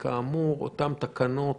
כאמור, אותן תקנות